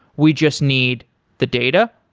we just need the data,